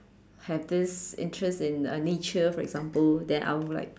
have this interest in nature for example then I would like